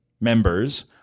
members